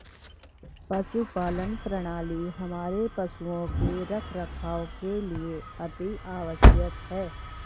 पशुपालन प्रणाली हमारे पशुओं के रखरखाव के लिए अति आवश्यक है